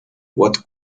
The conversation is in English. what